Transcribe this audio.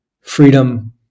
Freedom